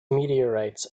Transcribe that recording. meteorites